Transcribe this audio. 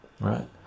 right